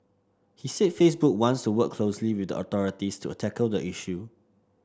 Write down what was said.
he said Facebook wants to work closely with the authorities to tackle the issue